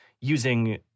using